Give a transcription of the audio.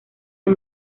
del